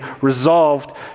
resolved